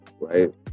right